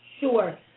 Sure